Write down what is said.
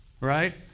Right